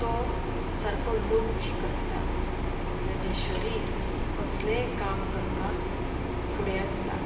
तो सारको लवचीक आसता तेजे शरीर कसलेंय काम करपाक फुडें आसता